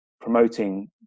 promoting